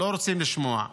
לא רוצים לשמוע.